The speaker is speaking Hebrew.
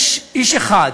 יש איש אחד,